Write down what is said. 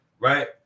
right